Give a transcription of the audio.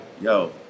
yo